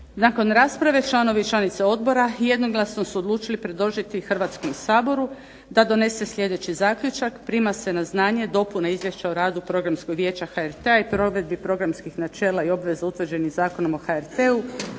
Nakon rasprave, članovi i članice Odbora jednoglasno su odlučili predložiti Hrvatskom saboru da donese sljedeći zaključak: Prima se na znanje dopuna Izvješća o radu Programskog vijeća HRT-a i provedbi programskih načela i obveza utvrđenih Zakonom o HRT-u